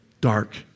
Dark